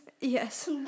Yes